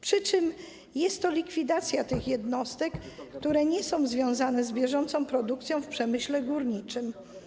Przy czym jest to likwidacja tych jednostek, które nie są związane z bieżącą produkcją w przemyśle górniczym.